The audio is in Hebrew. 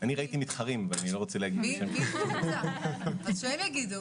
אני ראיתי מתחרים ואני לא רוצה להגיד --- אז שהם יגידו.